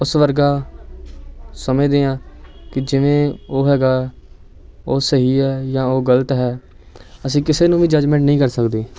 ਉਸ ਵਰਗਾ ਸਮਝਦੇ ਹਾਂ ਕਿ ਜਿਵੇਂ ਉਹ ਹੈਗਾ ਉਹ ਸਹੀ ਹੈ ਜਾਂ ਉਹ ਗਲਤ ਹੈ ਅਸੀਂ ਕਿਸੇ ਨੂੰ ਵੀ ਜਜਮੈਂਟ ਨਹੀਂ ਕਰ ਸਕਦੇ